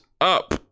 up